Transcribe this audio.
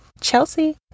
Chelsea